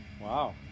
Wow